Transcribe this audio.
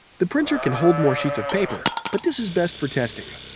the printer can hold more sheets of paper, but this is best for testing.